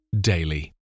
daily